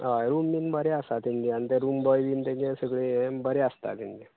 होय रूम बीन बरें आसा तेंचें आनी ते रूम बॉय बीन तेचे सगळे हे बरें आसता तेंचे